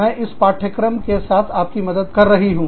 मैं इस पाठ्यक्रम के साथ आपकी मदद कर रही हूं